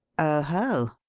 oho!